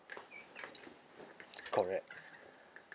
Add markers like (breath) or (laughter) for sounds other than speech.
correct (breath)